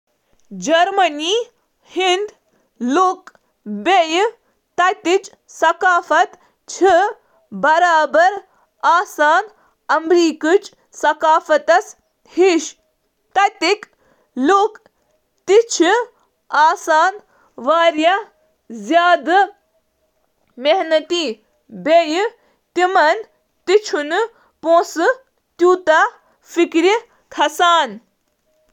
German ثقافت چِھ پننہٕ بھرپور تٲریخ، فن، موسیقی، ادب تہٕ تکنیکی ایجادات خاطرٕ زاننہٕ یوان۔ روایتہٕ کینٛہہ جرمن رٮ۪وایتَن منٛز چھِ Oktoberfest, Christmas market, carnival, Easter ٹھوٗلَن ہُنٛد شکار، ایڈونٹ پھول تہٕ نکولاسٹاگ شٲمِل۔